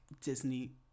Disney